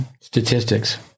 statistics